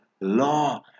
law